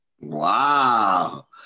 Wow